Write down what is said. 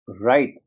Right